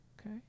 Okay